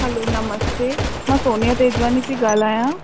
हलो नमस्ते मां सोनिया तेजवानी थी ॻाल्हायां